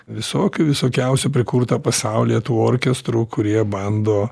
visokių visokiausių prikurta pasaulyje tų orkestrų kurie bando